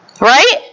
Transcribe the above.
Right